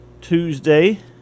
Tuesday